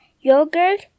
yogurt